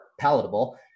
palatable